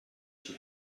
she